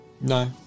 No